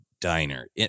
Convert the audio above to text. diner